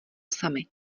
samy